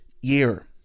year